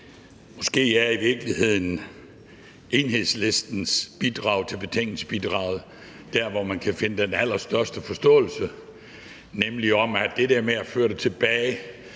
Måske er det i virkeligheden Enhedslistens bidrag til betænkningsbidraget, hvor man kan finde den allerstørste forståelse, nemlig det der med at føre det tilbage